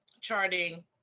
charting